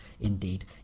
indeed